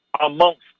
amongst